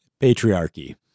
Patriarchy